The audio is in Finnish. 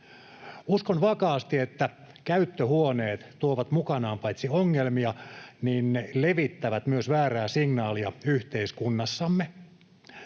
että paitsi että käyttöhuoneet tuovat mukanaan ongelmia, ne myös levittävät väärää signaalia yhteiskunnassamme.